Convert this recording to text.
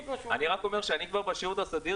אני רק אומר שאני כבר בשירות הסדיר